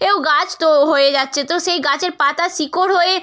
এও গাছ তো হয়ে যাচ্ছে তো সেই গাছের পাতা শিকড় হয়ে